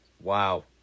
Wow